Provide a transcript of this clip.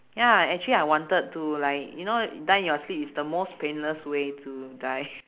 ya actually I wanted to like you know die in your sleep is the most painless way to die